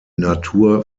natur